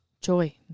joy